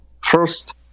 first